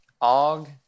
Og